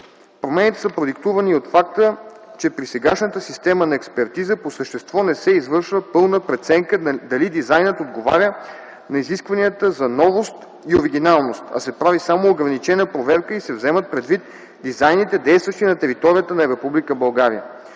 Промените са продиктувани и от факта, че при сегашната система на експертиза по същество не се извършва пълна преценка дали дизайнът отговаря на изискванията за новост и оригиналност, а се прави само ограничена проверка и се вземат предвид дизайните, действащи на територията на